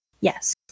Yes